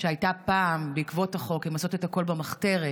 שהייתה פעם, בעקבות החוק הן עושות את הכול במחתרת,